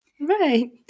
Right